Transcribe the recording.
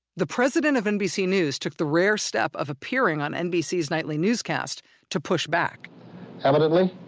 the president of nbc news took the rare step of appearing on nbc's nightly newscast to push back evidently,